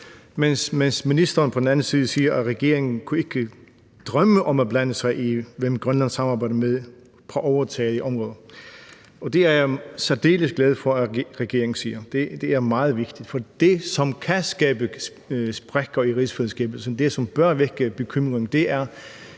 den anden side siger, at regeringen ikke kunne drømme om at blande sig i, hvem Grønland samarbejder med på overtagede områder. Det er jeg særdeles glad for at regeringen siger; det er meget vigtigt, for det, som kan skabe sprækker i rigsfællesskabet, og det, som bør vække bekymring, er,